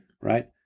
Right